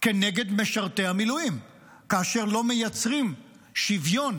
כנגד משרתי המילואים כאשר לא מייצרים שוויון